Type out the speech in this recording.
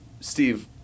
Steve